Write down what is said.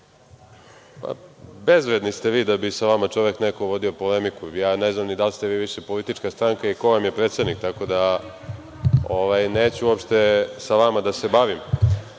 Ko?)Bezvredni ste vi da bi sa vama čovek vodio polemiku. Ne znam da li ste vi više politička stranka i ko vam je predsednik, tako da neću uopšte sa vama da se bavim.